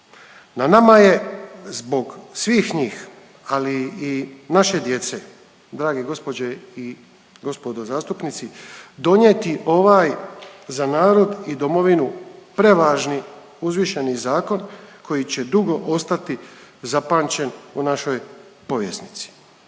Na nama je zbog svih njih, ali i naše djece dragi gospođe i gospodo zastupnici donijeti ovaj za narod i Domovinu prevažni, uzvišeni zakon koji će dugo ostati zapamćen u našoj povjesnici.